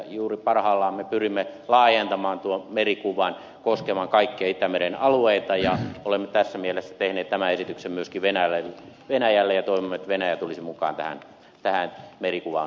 juuri parhaillaan me pyrimme laajentamaan tuon merikuvan koskemaan kaikkia itämeren alueita ja olemme tässä mielessä tehneet tämän esityksen myöskin venäjälle ja toivomme että venäjä tulisi mukaan tähän merikuvan laittamiseen